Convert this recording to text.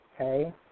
okay